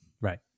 Right